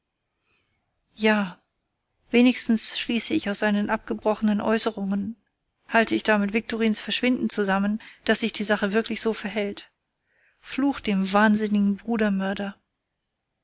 ja wenigstens schließe ich aus seinen abgebrochenen äußerungen halte ich damit viktorins verschwinden zusammen daß sich die sache wirklich so verhält fluch dem wahnsinnigen